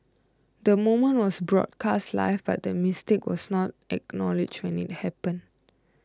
the moment was broadcast live but the mistake was not acknowledged when it happened